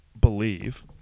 believe